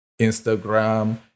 Instagram